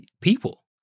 people